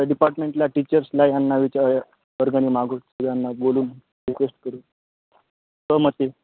डिपार्टमेंटला टीचर्सला यांना विचारू वर्गणी मागू सगळ्यांना बोलून रिक्वेस्ट करू संमती